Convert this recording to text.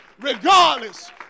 Regardless